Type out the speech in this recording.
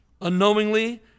unknowingly